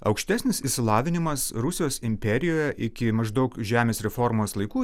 aukštesnis išsilavinimas rusijos imperijoje iki maždaug žemės reformos laikų